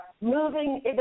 moving